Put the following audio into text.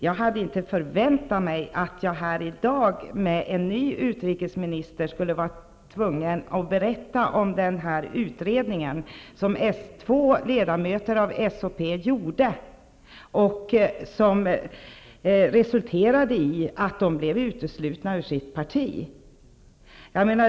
Jag hade inte förväntat mig att jag här i dag med en ny utrikesminister skulle vara tvungen att berätta om den här utredningen som två ledamöter av SHP gjorde. Den resulterade i att de blev uteslutna ur sitt parti.